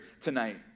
tonight